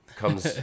comes